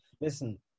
Listen